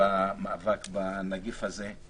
במאבק בנגיף הזה.